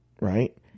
Right